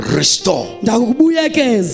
restore